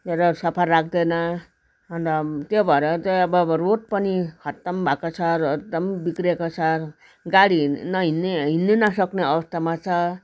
र सफा राख्दैन अन्त त्यो भएर चाहिँ अब रोड पनि खत्तम भएको छ र एकदम बिग्रेको छ गाडी नहिँड्ने हिँड्नु नसक्ने अवस्थामा छ